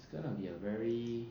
it's gonna be a very